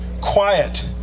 quiet